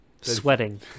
sweating